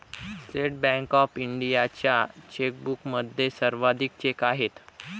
state bank of इंडियाच्या चेकबुकमध्ये सर्वाधिक चेक आहेत